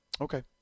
Okay